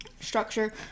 Structure